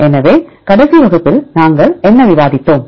எனவே கடைசி வகுப்பில் நாங்கள் என்ன விவாதித்தோம்